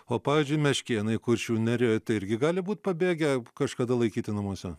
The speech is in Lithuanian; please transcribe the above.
o pavyzdžiui meškėnai kuršių nerijoj tai irgi gali būt pabėgę kažkada laikyti namuose